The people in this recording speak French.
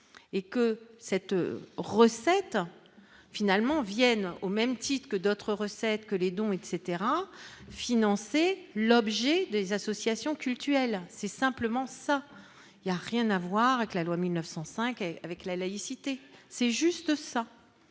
et que cette recette finalement viennent au même titre que d'autres recettes que les dons etc financer l'objet des associations cultuelles, c'est simplement ça, il y a rien à voir avec la loi 1905 avec la laïcité, c'est juste ça,